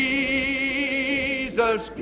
Jesus